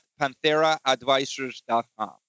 pantheraadvisors.com